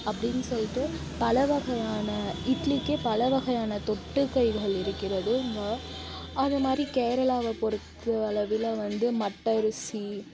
அப்படின்னு சொல்லிட்டு பல்வகையான இட்லிக்கே பலவகையான தொட்டுக்கைகள் இருக்கிறது இங்கே அது மாதிரி கேரளாவை பொறுத்தளவில் வந்து மட்ட அரிசி